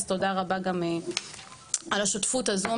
אז תודה רבה גם על השותפות הזו,